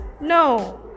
No